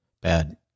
Bad